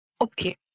Okay